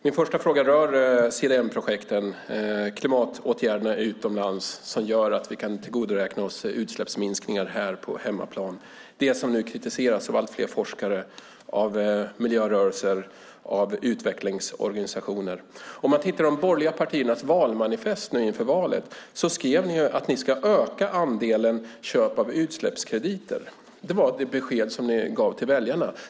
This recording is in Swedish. Min första fråga rör CDM-projekten, klimatåtgärderna utomlands, som gör att vi kan tillgodoräkna oss utsläppsminskningar här på hemmaplan - det som nu kritiseras av allt fler forskare, av miljörörelser och av utvecklingsorganisationer. Om man tittar i de borgerliga partiernas valmanifest inför valet ser man att ni skrev att ni ska öka andelen köp av utsläppskrediter. Det var det besked som ni gav till väljarna.